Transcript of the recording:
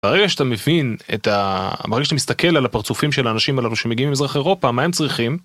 ברגע שאתה מבין את ה... ברגע שאתה מסתכל על הפרצופים של האנשים האלו שמגיעים ממזרח אירופה, מה הם צריכים?